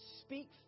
speak